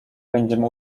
będziemy